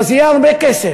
נו, אז יהיה הרבה כסף.